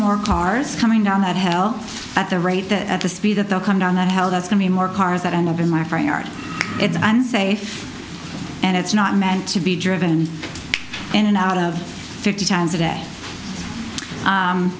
more cars coming down that hell at the rate that at the speed that they'll come down and how that's going to be more cars that end up in my front yard it's unsafe and it's not meant to be driven in and out of fifty times a day